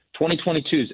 2022's